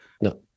No